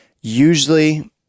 Usually